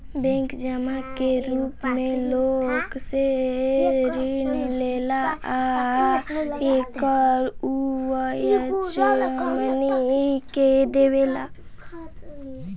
bank जमा के रूप मे लोग से ऋण लेला आ एकर उ ब्याज हमनी के देवेला